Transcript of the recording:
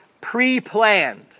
pre-planned